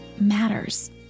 matters